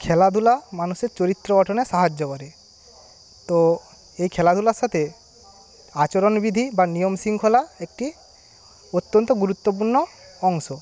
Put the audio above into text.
খেলাধুলা মানুষের চরিত্র গঠনে সাহায্য করে তো এই খেলাধুলার সাথে আচরণবিধি বা নিয়মশৃঙ্খলা একটি অত্যন্ত গুরুত্বপূর্ণ অংশ